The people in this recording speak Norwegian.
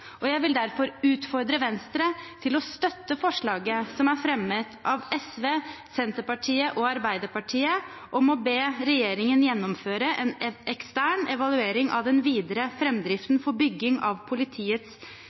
og jeg vil derfor utfordre Venstre til å støtte forslaget som er fremmet av SV, Senterpartiet og Arbeiderpartiet om å be regjeringen gjennomføre en ekstern evaluering av den videre framdriften for bygging av politiets